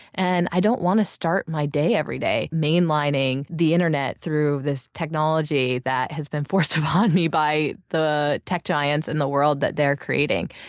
and i don't want to start my day every day mainlining the internet through this technology that has been forced upon me by the tech giants in the world that they're creating.